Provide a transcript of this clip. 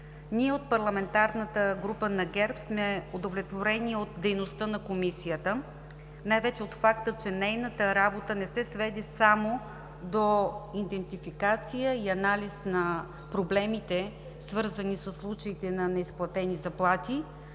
Ние от парламентарната група на ГЕРБ сме удовлетворени от дейността на Комисията, най-вече от факта, че нейната работа не се сведе само до идентификация и анализ на проблемите, свързани със случаите на неизплатени заплати,